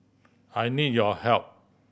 I need your help